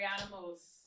animals